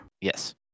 Yes